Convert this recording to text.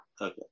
Okay